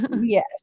Yes